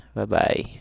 Bye-bye